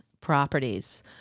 properties